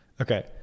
Okay